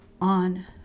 on